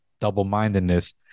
double-mindedness